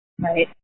Right